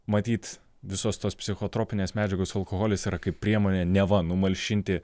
matyt visos tos psichotropinės medžiagos alkoholis yra kaip priemonė neva numalšinti